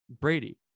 Brady